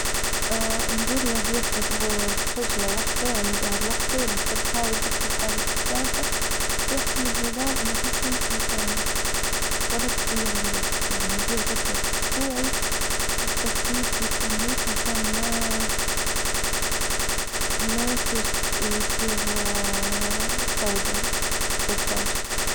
نجول له يبدأ بغ- بحجرة واحدة، يعني دار واحدة يرتبها، ويحط كل حاجة في مكانها، ويعتمد نظام إن كل شي في مكانه، ولا تضييع للوجت، يعني يدير جدول أسبوعي للترتيب، للتنظيف عشان ما- ما يصير الص فوضى في الحوش.